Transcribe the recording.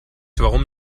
warum